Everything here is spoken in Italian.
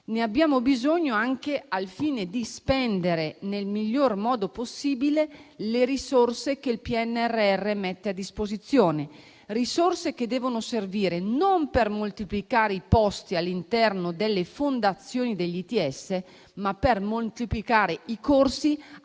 ne abbiamo bisogno anche al fine di spendere nel miglior modo possibile le risorse che il PNRR mette a disposizione, risorse che devono servire non per moltiplicare i posti all'interno delle fondazioni degli ITS, ma per moltiplicare i corsi,